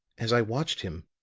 as i watched him,